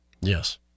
Yes